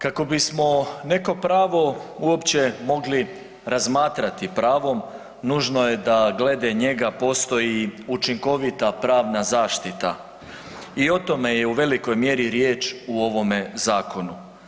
Kako bismo neko pravo uopće mogli razmatrati pravom, nužno je da glede njega postoji učinkovita pravna zaštita i o tome je u velikoj mjeri riječ u ovome zakonu.